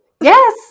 Yes